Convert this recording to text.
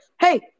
Hey